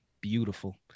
Beautiful